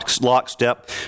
lockstep